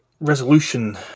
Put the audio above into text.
resolution